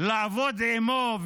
לעבוד עימו,